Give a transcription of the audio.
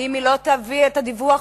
אם היא לא תביא את הדיווח,